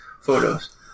photos